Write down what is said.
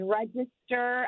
register